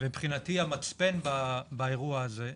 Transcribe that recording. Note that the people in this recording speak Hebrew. ומבחינתי המצפן באירוע הזה,